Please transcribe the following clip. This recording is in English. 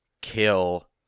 kill